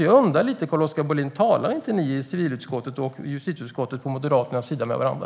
Jag undrar lite, Carl-Oskar Bohlin: Talar inte ni på Moderaternas sida i civilutskottet och justitieutskottet med varandra?